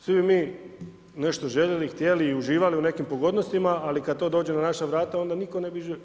Svi bi mi nešto željeli, htjeli i uživali u nekim pogodnostima, ali kad to dođe na naša vrata, onda nitko ne bi želio.